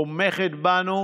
תומכת בנו